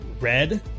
red